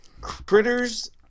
Critters